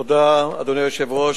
אדוני היושב-ראש,